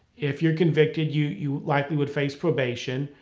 if you're convicted, you you likely would face probation,